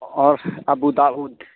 اور ابوداؤد